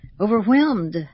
Overwhelmed